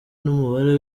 n’umubare